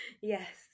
yes